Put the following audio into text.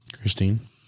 Christine